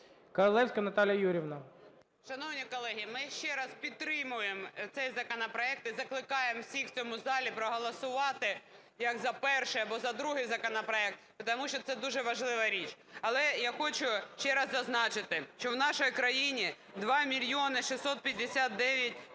КОРОЛЕВСЬКА Н.Ю. Шановні колеги, ми ще раз підтримуємо цей законопроект і закликаємо всіх в цьому залі проголосувати як за перший або за другий законопроект, тому що це дуже важлива річ. Але я хочу ще раз зазначити, що в нашій країні 2 мільйони 659 тисяч